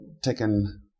taken